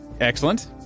Excellent